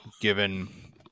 given